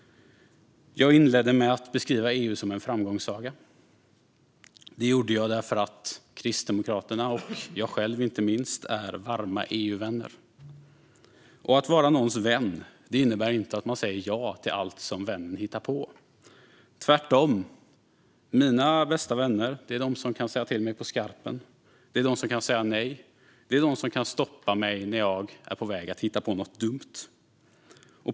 Jag inledde med att beskriva EU som en framgångssaga. Det gjorde jag därför att Kristdemokraterna och inte minst jag själv är varma EU-vänner. Och att vara någons vän innebär inte att man säger ja till allt som vännen hittar på, tvärtom. Mina bästa vänner är de som kan säga till mig på skarpen, de som kan säga nej, de som kan stoppa mig när jag är på väg att hitta på något dumt.